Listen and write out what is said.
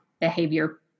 behavior